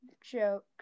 joke